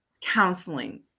counseling